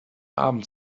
abend